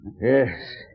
Yes